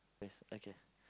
press okay